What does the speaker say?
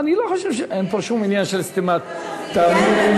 אני לא חושב, אין פה שום עניין של סתימת, נשיאות.